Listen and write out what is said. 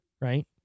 right